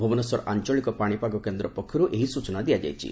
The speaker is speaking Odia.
ଭୁବନେଶ୍ୱର ଆଞ୍ଚଳିକ ପାଣିପାଗ କେନ୍ଦ୍ର ପକ୍ଷରୁ ଏହି ସୂଚନା ଦିଆଯାଇଛି